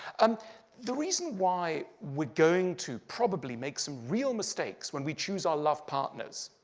um the reason why we are going to probably make some real mistakes when we choose our love partners,